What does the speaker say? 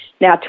now